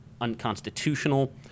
unconstitutional